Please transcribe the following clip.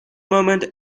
moment